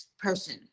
person